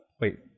Wait